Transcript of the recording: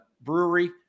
brewery